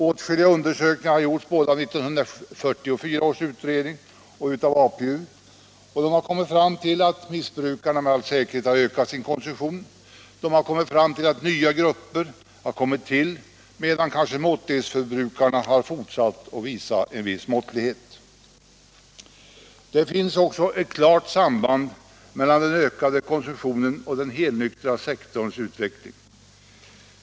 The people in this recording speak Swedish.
Åtskilliga undersökningar har gjorts både av 1944 års utredning och av APU, som kommit fram till att missbrukarna har ökat sin konsumtion och att nya grupper har kommit till medan måttlighetsförbrukarna har fortsatt att visa måttlighet. Det finns också ett klart samband mellan den ökade konsumtionen och den helnyktra sektorns utveckling.